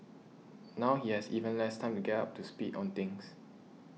now he has even less time to get up to speed on things